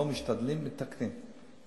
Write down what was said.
לא משתדלים, מתקנים.